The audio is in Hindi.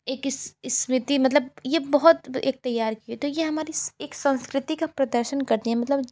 एक इस स्मृति मतलब ये बहुत एक तैयार की है तो ये हमारी एक संस्कृति का प्रदर्शन करती है मतलब